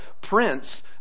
Prince